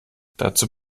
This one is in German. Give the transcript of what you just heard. dazu